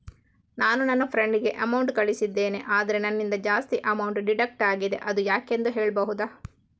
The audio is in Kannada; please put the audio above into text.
ನಾನು ನನ್ನ ಫ್ರೆಂಡ್ ಗೆ ಅಮೌಂಟ್ ಕಳ್ಸಿದ್ದೇನೆ ಆದ್ರೆ ನನ್ನಿಂದ ಜಾಸ್ತಿ ಅಮೌಂಟ್ ಡಿಡಕ್ಟ್ ಆಗಿದೆ ಅದು ಯಾಕೆಂದು ಹೇಳ್ಬಹುದಾ?